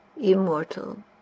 immortal